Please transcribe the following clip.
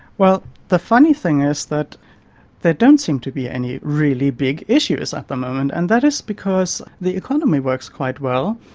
well, the funny thing is that there don't seem to be any really big issues at the moment, and that is because the economy works quite well.